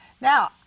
now